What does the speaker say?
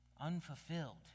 unfulfilled